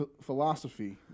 philosophy